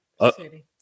city